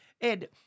Ed